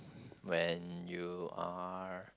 when you are